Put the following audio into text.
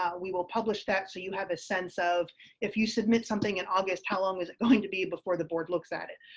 we will publish that, so you have the sense of if you submit something in august, how long is it going to be before the board looked at it?